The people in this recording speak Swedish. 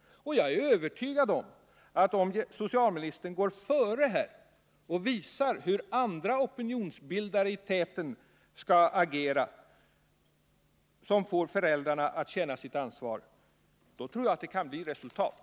Jag är övertygad om att om socialministern går före här och visar hur andra opinionsbildare i täten skall agera för att få föräldrarna att känna sitt ansvar, kan det bli resultat.